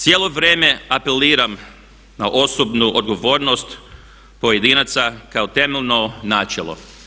Cijelo vrijeme apeliram na osobnu odgovornost pojedinaca kao temeljno načelo.